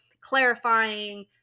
clarifying